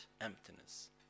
emptiness